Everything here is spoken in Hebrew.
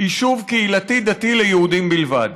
יישוב קהילתי דתי ליהודים בלבד.